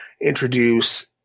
introduce